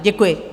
Děkuji.